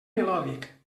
melòdic